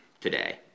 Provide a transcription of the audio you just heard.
today